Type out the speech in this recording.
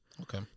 Okay